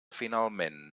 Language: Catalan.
finalment